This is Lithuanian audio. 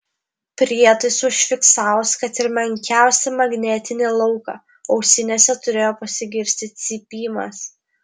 prietaisui užfiksavus kad ir menkiausią magnetinį lauką ausinėse turėjo pasigirsti cypimas